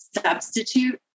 substitute